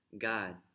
God